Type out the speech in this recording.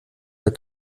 der